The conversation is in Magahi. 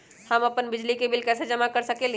हम अपन बिजली बिल कैसे जमा कर सकेली?